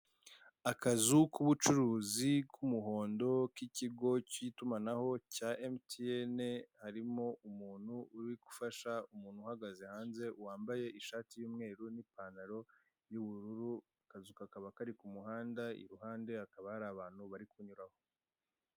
Akazu k'ubucuruzi k'umuhondo k'ikigo k'itumanaho cya emutiyene, harimo umuntu uri gufasha umuntu uhagaze hanze wambaye ishati y'umweru n'ipantaro y'ubururu, akazu kakaba kari ku muhanda, iruhande hakaba hari abantu bari kunyuramo.